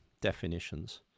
definitions